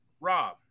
Rob